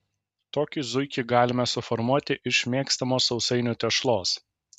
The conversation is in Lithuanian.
tokį zuikį galime suformuoti iš mėgstamos sausainių tešlos